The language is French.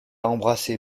embrasser